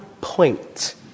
point